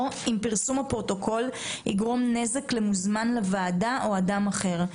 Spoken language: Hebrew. או אם פרסום הפרוטוקול יגרום נזק למוזמן לוועדה או אדם אחר.